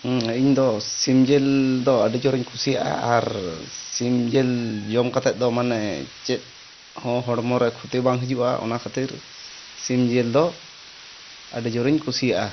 ᱤᱧ ᱫᱚ ᱥᱤᱢ ᱡᱤᱞ ᱫᱚ ᱟ ᱰᱤ ᱡᱳᱨ ᱤᱧ ᱠᱩᱥᱤᱭᱟᱜᱼᱟ ᱟᱨ ᱥᱤᱢ ᱡᱤᱞ ᱡᱚᱢ ᱠᱟᱛᱮᱫ ᱫᱚ ᱢᱟᱱᱮ ᱪᱮᱫ ᱦᱚᱸ ᱦᱚᱲᱢᱚ ᱨᱮ ᱠᱷᱚᱛᱤ ᱵᱟᱝ ᱦᱤᱡᱩᱜᱼᱟ ᱚᱱᱟ ᱠᱷᱟᱛᱤᱨ ᱥᱤᱢ ᱡᱤᱞ ᱫᱚ ᱟᱰᱤ ᱡᱳᱨᱤᱧ ᱠᱩᱥᱤᱭᱟᱜᱼᱟ